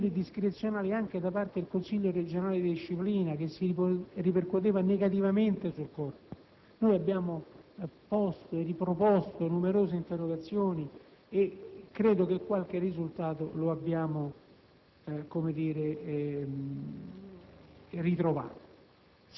soprattutto con gestioni discrezionali anche da parte del Consiglio regionale di disciplina, che si ripercuotevano negativamente sul Corpo. Abbiamo posto e riproposto numerose interrogazioni, e credo che qualche risultato l'abbiamo determinato.